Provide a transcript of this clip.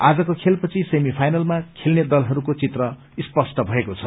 आजको खेल पछि सेमी फाइनलमा खेल्ने दलहरूको चित्र स्पष्ट भएको छ